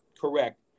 correct